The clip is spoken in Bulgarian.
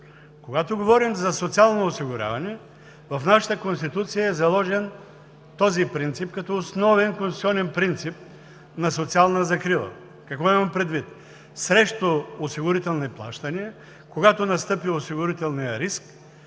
Когато говорим за социално осигуряване, в нашата Конституция е заложен този принцип като основен конституционен принцип на социална закрила. Какво имам предвид? Срещу осигурителни плащания, когато настъпи осигурителният риск,